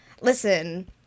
listen